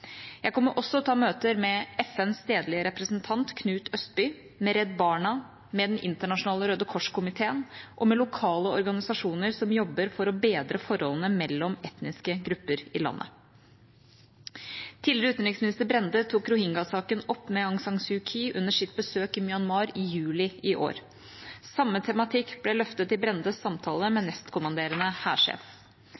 Jeg kommer også til å ha møter med FNs stedlige representant, Knut Østby, med Redd Barna, med Den internasjonale Røde Kors-komiteen og med lokale organisasjoner som jobber for å bedre forholdene mellom etniske grupper i landet. Tidligere utenriksminister Brende tok rohingya-saken opp med Aung San Suu Kyi under sitt besøk i Myanmar i juli i år. Samme tematikk ble løftet i Brendes samtale med